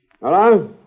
Hello